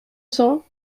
cents